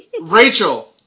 Rachel